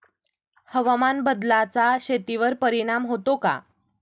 हवामान बदलाचा शेतीवर परिणाम होतो का?